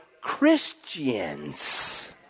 Christians